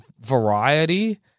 variety